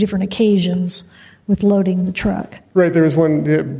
different occasions with loading the truck right there is one good